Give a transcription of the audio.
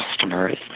customers